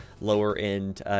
lower-end